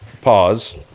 pause